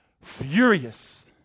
furious